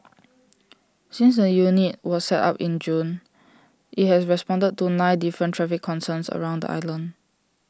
since the unit was set up in June IT has responded to nine different traffic concerns around the island